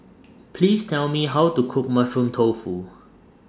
Please Tell Me How to Cook Mushroom Tofu